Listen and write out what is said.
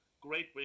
great